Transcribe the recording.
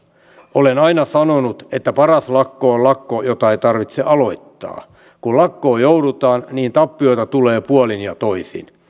olen aina sanonut että paras lakko on lakko jota ei tarvitse aloittaa kun lakkoon joudutaan niin tappioita tulee puolin ja toisin